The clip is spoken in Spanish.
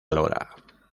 lora